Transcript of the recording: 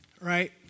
right